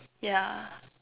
yeah